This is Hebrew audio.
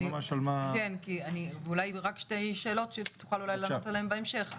אולי רק שתי שאלות שתוכל אולי לענות עליהן בהמשך.